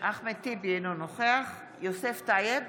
אינו נוכח יוסף טייב,